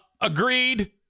Agreed